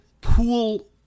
pool